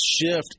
shift